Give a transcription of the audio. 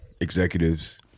executives